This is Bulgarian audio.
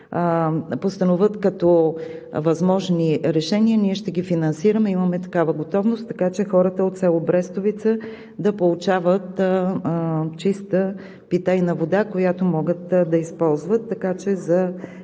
постановят като възможни решения, ние ще ги финансираме, имаме такава готовност, така че хората от село Брестовица да получават чиста питейна вода, която могат да използват. За Ваша